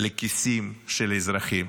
לכיסים של אזרחים.